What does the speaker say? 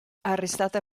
arrestata